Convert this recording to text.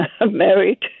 married